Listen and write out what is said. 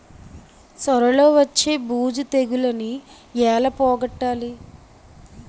సొర లో వచ్చే బూజు తెగులని ఏల పోగొట్టాలి?